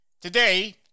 Today